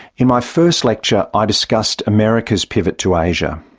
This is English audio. in my first lecture, i discussed america's pivot to asia.